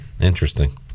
Interesting